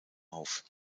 auf